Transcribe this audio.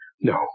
No